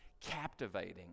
captivating